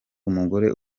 umugore